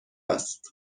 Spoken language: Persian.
است